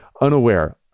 unaware